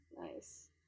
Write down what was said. nice